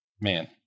Man